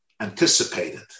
anticipated